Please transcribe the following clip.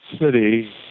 city